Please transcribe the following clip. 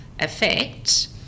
effect